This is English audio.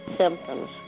symptoms